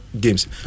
games